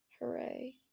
hooray